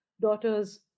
daughters